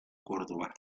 córdoba